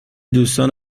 دوستان